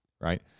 Right